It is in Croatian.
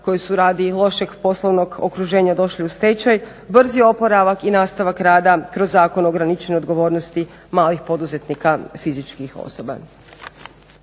koji su radi lošeg poslovnog okruženja došli u stečaj. Brz je oporavak i nastavak rada kroz Zakon o ograničenoj odgovornosti malih poduzetnika fizičkih osoba.